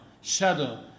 shadow